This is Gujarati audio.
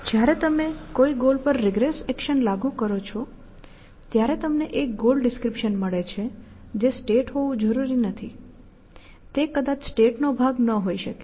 જ્યારે તમે કોઈ ગોલ પર રિગ્રેસ એક્શન લાગુ કરો છો ત્યારે તમને એક ગોલ ડિસ્ક્રિપ્શન મળે છે જે સ્ટેટ હોવું જરૂરી નથી જે કદાચ સ્ટેટનો ભાગ ન હોઇ શકે